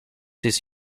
his